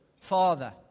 Father